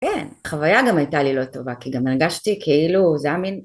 כן, חוויה גם הייתה לי לא טובה, כי גם הרגשתי כאילו זה היה מין...